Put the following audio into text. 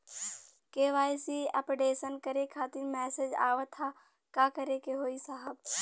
KYC updation करें खातिर message आवत ह का करे के होई साहब?